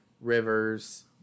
Rivers